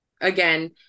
again